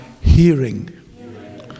Hearing